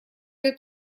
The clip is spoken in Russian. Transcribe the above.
для